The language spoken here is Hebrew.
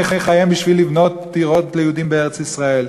חייהם בשביל לבנות דירות ליהודים בארץ-ישראל.